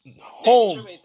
home